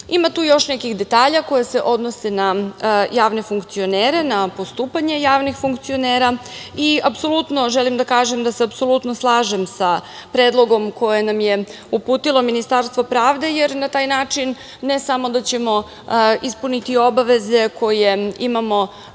tu još nekih detalja koji se odnose na javne funkcionere, na postupanje javnih funkcionera i apsolutno se slažem sa predlogom koji nam je uputilo Ministarstvo pravde, jer na taj način ne samo da ćemo ispuniti obaveze koje imamo